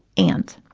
and,